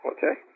Okay